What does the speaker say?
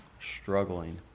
struggling